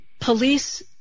police